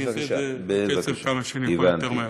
אני אעשה את זה בקצב, כמה שאני יכול יותר מהר.